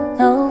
no